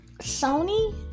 Sony